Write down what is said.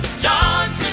John